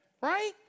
right